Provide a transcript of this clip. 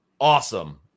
Awesome